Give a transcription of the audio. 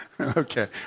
Okay